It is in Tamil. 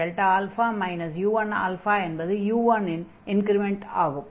u1u1αΔα u1 என்பது u1 இன் இன்க்ரிமெண்ட் ஆகும்